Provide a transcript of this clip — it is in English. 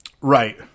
Right